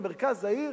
במרכז העיר,